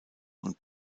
und